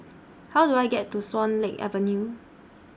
How Do I get to Swan Lake Avenue